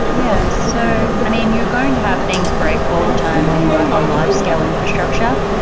yeah. so, i mean, you're going to have things break all the time when you work on large-scale infrastructure.